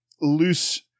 loose